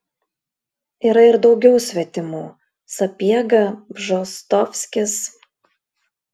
yra ir daugiau svetimų sapiega bžostovskis